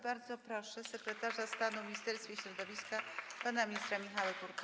Bardzo proszę sekretarza stanu w Ministerstwie Środowiska pana ministra Michała Kurtykę.